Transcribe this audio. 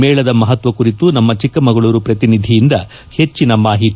ಮೇಳದ ಮಹತ್ವ ಕುರಿತು ನಮ್ಮ ಚಿಕ್ಕಮಗಳೂರು ಪ್ರತಿನಿಧಿಯಿಂದ ಹೆಚ್ಚಿನ ಮಾಹಿತಿ